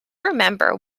remember